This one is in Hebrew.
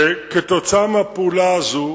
ובגלל הפעולה הזאת,